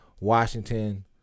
Washington